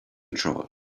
patrol